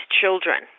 children